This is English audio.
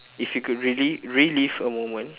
if you could relive relive a moment